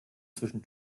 zwischen